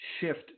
shift